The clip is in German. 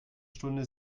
stunde